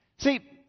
See